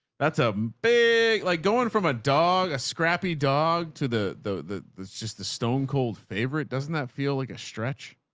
that's a big, like going from a dog, a scrappy dog to the, the, the, it's just the stone cold favorite. doesn't that feel like a stretch